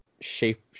shape